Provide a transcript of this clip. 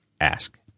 ask